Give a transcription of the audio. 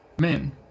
men